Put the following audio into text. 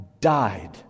died